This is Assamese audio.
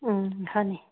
হয়নি